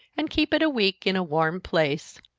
and keep it a week in a warm place,